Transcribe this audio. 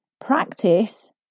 practice